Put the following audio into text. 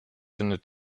findet